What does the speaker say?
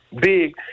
big